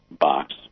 box